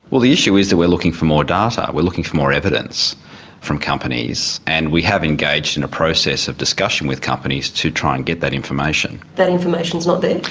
well, the issue is that we're looking for more data we're looking for more evidence from companies, and we have engaged in a process of discussion with companies to try and get that information. that information's not there?